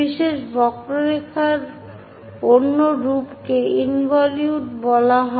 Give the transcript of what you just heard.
বিশেষ বক্ররেখার অন্য রূপকে ইনভলিউট বলা হয়